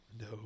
No